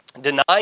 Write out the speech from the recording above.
denying